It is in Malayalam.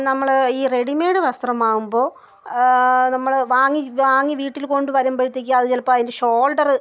നമ്മൾ ഈ റെഡിമെയ്ഡ് വസ്ത്രമാകുമ്പോൾ നമ്മൾ വാങ്ങിവാങ്ങി വീട്ടിൽ കൊണ്ടു വരുമ്പോഴ്ത്തേക്കും അതു ചിലപ്പോൾ അതിൻ്റെ ഷോൾഡറ്